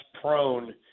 prone